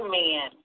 men